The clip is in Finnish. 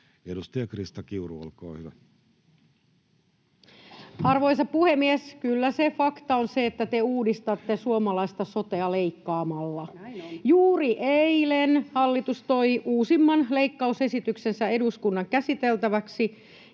sd) Time: 16:05 Content: Arvoisa puhemies! Kyllä se fakta on se, että te uudistatte suomalaista sotea leikkaamalla. [Vasemmalta: Näin on!] Juuri eilen hallitus toi uusimman leikkausesityksensä eduskunnan käsiteltäväksi,